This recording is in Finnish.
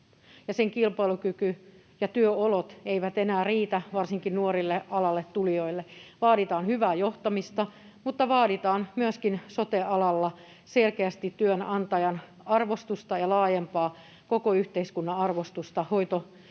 sen kilpailukyky ja työolot eivät enää riitä varsinkaan nuorille alalle tulijoille. Vaaditaan hyvää johtamista, mutta vaaditaan myöskin sote-alalla selkeästi työnantajan arvostusta ja laajempaa koko yhteiskunnan arvostusta hoitotehtävissä